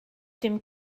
dem